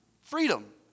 freedom